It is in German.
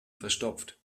verstopft